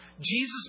Jesus